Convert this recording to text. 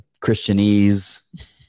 Christianese